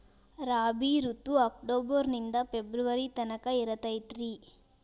ರಾಬಿ ಋತು ಅಕ್ಟೋಬರ್ ನಿಂದ ಫೆಬ್ರುವರಿ ತನಕ ಇರತೈತ್ರಿ